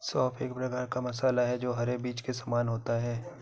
सौंफ एक प्रकार का मसाला है जो हरे बीज के समान होता है